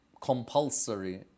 compulsory